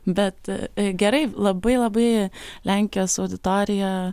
bet gerai labai labai lenkijos auditorija